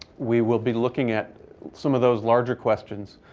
we will be looking at some of those larger questions.